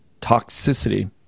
toxicity